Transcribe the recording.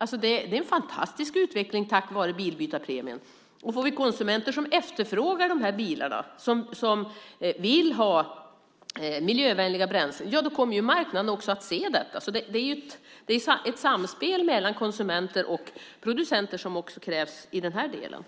000. Det är en fantastisk utveckling tack vare bilbytarpremien, och får vi konsumenter som efterfrågar dessa bilar och vill ha miljövänliga bränslen kommer ju marknaden också att se detta. Det krävs alltså ett samspel mellan konsumenter och producenter i den här delen.